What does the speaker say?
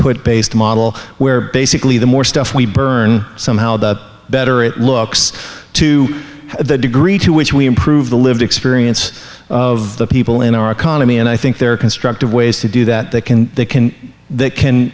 put based model where basically the more stuff we burn somehow the better it looks to the degree to which we improve the lived experience of the people in our economy and i think there are constructive ways to do that they can they can they can